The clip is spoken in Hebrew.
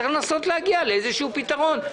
אלה שתי החלטות שממשלת ישראל קיבלה בתחילת הכהונה שלה,